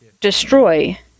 destroy